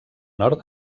nord